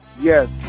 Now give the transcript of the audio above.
Yes